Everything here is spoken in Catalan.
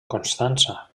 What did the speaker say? constança